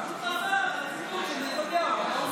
הוא פשוט חזר על הציטוט של נתניהו על אולמרט.